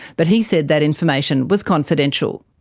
but he said that information was confidential.